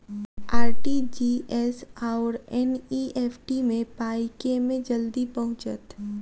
RTGS आओर NEFT मे पाई केँ मे जल्दी पहुँचत?